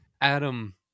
Adam